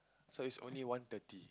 so it's only one thirty